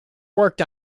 worked